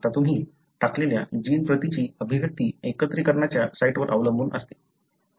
आता तुम्ही टाकलेल्या जीन प्रतीची अभिव्यक्ती एकत्रीकरणाच्या साइटवर अवलंबून असते